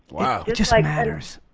it just like matters.